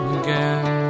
again